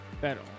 Better